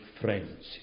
friends